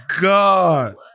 god